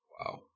Wow